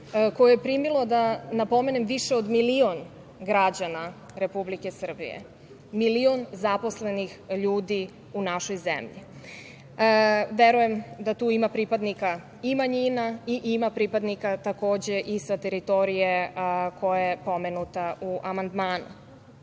koje je primilo, da napomenem, više od milion građana Republike Srbije, milion zaposlenih ljudi u našoj zemlji. Verujem da tu ima pripadnika i manjina i ima pripadnika takođe i sa teritorije koja je pomenuta u amandmanu. Tu